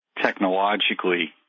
technologically